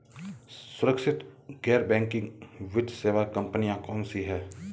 सुरक्षित गैर बैंकिंग वित्त सेवा कंपनियां कौनसी हैं?